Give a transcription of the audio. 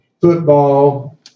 football